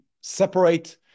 separate